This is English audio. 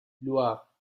loire